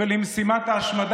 נגד הסתרת